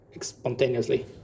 spontaneously